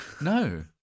No